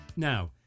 Now